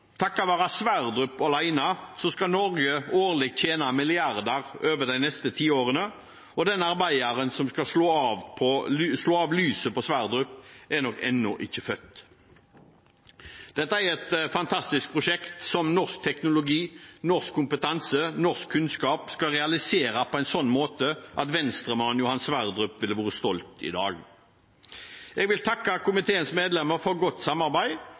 være Johan Sverdrup-feltet alene skal Norge årlig tjene milliarder over de neste tiårene, og den arbeideren som skal slå av lyset på Johan Sverdrup, er nok ennå ikke født. Dette er et fantastisk prosjekt, som norsk teknologi, norsk kompetanse og norsk kunnskap skal realisere på en slik måte at Venstre-mannen Johan Sverdrup ville vært stolt i dag. Jeg vil takke komiteens medlemmer for godt samarbeid